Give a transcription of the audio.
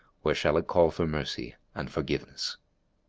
where shall it call for mercy, and forgiveness